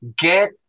Get